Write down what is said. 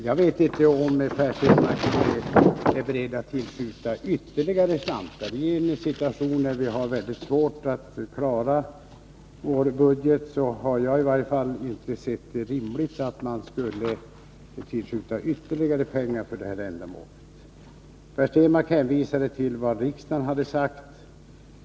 Jag vet inte om Per Stenmarck är beredd att tillskjuta ytterligare slantar. Vi är i en situation när vi har väldigt svårt att klara vår budget. Jag har i varje fall inte sett det rimligt att man skulle tillskjuta ytterligare pengar för det här ändamålet. Per Stenmarck hänvisade till vad riksdagen har sagt.